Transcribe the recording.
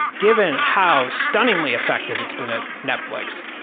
given how stunningly effective it's been at netflix.